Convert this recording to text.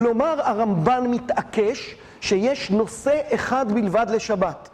כלומר, הרמב"ן מתעקש שיש נושא אחד בלבד לשבת.